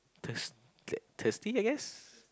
thirs~ thirsty I guess